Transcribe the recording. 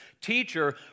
Teacher